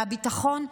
מהביטחון,